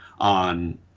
On